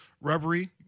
rubbery